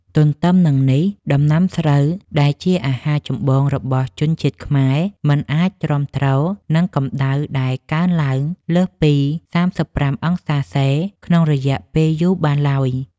ទន្ទឹមនឹងនេះ ដំណាំស្រូវដែលជាអាហារចម្បងរបស់ជនជាតិខ្មែរ មិនអាចទ្រាំទ្រនឹងកម្ដៅដែលកើនឡើងលើសពី ៣៥°C ក្នុងរយៈពេលយូរបានឡើយ។